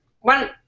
one